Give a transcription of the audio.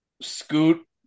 Scoot